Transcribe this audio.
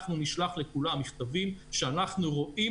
אנחנו נשלח לכולם מכתבים שאנחנו רואים